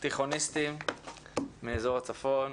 תיכוניסטים מאזור הצפון,